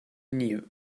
knew